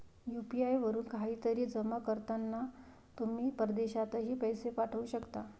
UPI वरून काहीतरी जमा करताना तुम्ही परदेशातही पैसे पाठवू शकता